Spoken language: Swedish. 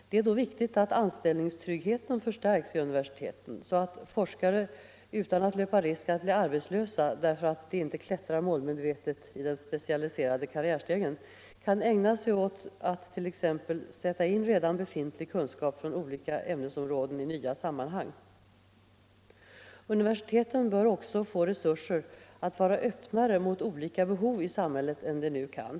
Det är då viktigt att anställningstryggheten förstärks vid universiteten, så att forskare, utan att löpa risk att bli arbetslösa därför att de inte klättrar målmedvetet i den specialiserade karriärstegen, kan ägna sig åt att t.ex. sätta in redan befintlig kunskap från olika ämnesområden i nya sammanhang. Universiteten bör också få resurser att vara öppnare mot olika behov i samhället än de nu kan.